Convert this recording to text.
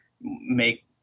make